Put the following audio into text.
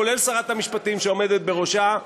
כולל שרת המשפטים שעומדת בראשה,